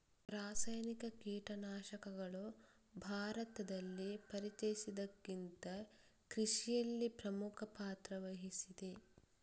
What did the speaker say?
ರಾಸಾಯನಿಕ ಕೀಟನಾಶಕಗಳು ಭಾರತದಲ್ಲಿ ಪರಿಚಯಿಸಿದಾಗಿಂದ ಕೃಷಿಯಲ್ಲಿ ಪ್ರಮುಖ ಪಾತ್ರ ವಹಿಸಿದೆ